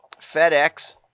FedEx